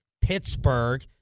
Pittsburgh